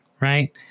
right